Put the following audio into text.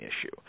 issue